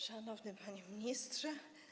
Szanowny Panie Ministrze!